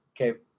Okay